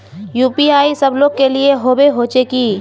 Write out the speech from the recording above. UPI सब लोग के लिए होबे होचे की?